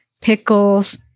pickles